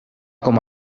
com